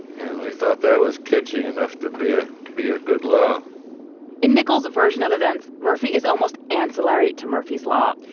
and we thought there was kitchy enough to be a be a good law in nicoles version of events murphy is almost ancillary to murphy's law.